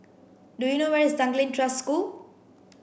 do you know where is Tanglin Trust School